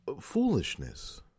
Foolishness